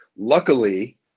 Luckily